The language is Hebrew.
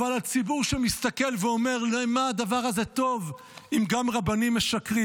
אבל הציבור שמסתכל ואומר: למה הדבר הזה טוב אם גם רבנים משקרים?